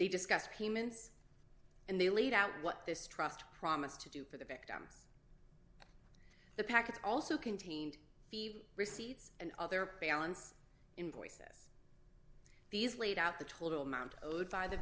they discussed payments and they laid out what this trust promised to do for the victims the package also contained the receipts and of their balance invoices these laid out the total amount owed by the